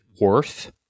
worth